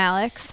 Alex